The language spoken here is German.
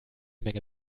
menge